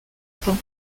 pain